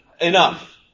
enough